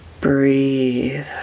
breathe